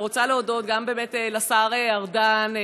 ורוצה להודות גם לשר ארדן,